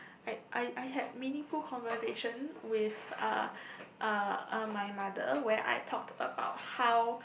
I I I had meaningful conversation with uh uh uh my mother where I talked about how